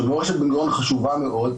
שמורשת בן-גוריון חשובה מאוד,